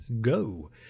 go